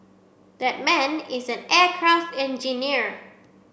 that man is an aircraft engineer